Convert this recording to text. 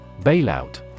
Bailout